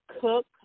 cook